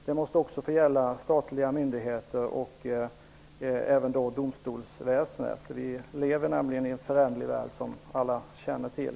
Det måste också gälla statliga myndigheter och även domstolsväsendet. Vi lever nämligen i en föränderlig värld, som alla känner till.